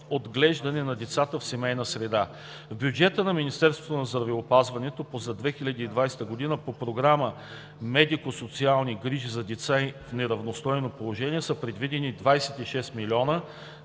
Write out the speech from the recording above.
отглеждане на децата в семейна среда. В бюджета на Министерството на здравеопазването за 2020 г. по Програма „Медико-социални грижи за деца в неравностойно положение“ са предвидени 26 млн.